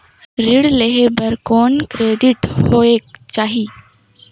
ऋण लेहे बर कौन क्रेडिट होयक चाही?